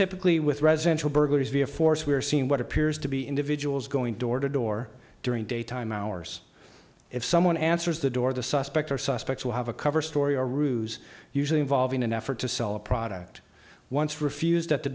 typically with residential burglaries via force we are seeing what appears to be individuals going door to door during daytime hours if someone answers the door the suspect or suspects will have a cover story a ruse usually involving an effort to sell a product once refused at the